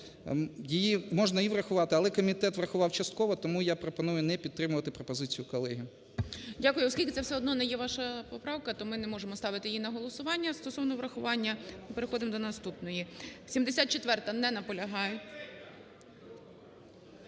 її можна і врахувати. Але комітет врахував частково, тому я пропоную не підтримувати пропозицію колеги. ГОЛОВУЮЧИЙ. Дякую. Оскільки це все одно є не ваша поправка, то ми не можемо ставити на голосування стосовно врахування. І переходимо до наступної. 74-а, не наполягає.